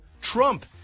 Trump